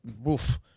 woof